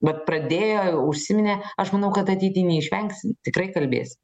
vat pradėjo užsiminė aš manau kad ateity neišvengsim tikrai kalbės